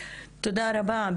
תודה רבה.